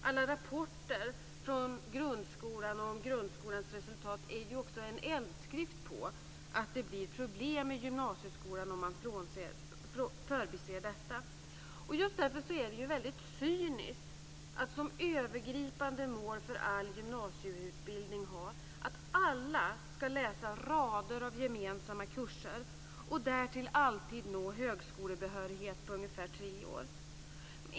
Alla rapporter om grundskolan och om grundskolans resultat är ju en eldskrift på att det blir problem i gymnasieskolan om man förbiser detta. Just därför är det väldigt cyniskt att som övergripande mål för all gymnasieutbildning ha att alla ska läsa rader av gemensamma kurser och därtill alltid nå högskolebehörighet på tre år.